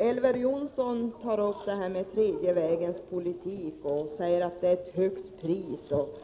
Fru talman! Elver Jonsson talar om den tredje vägens politik och påstår att jag har sagt att priset är för högt